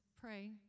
Pray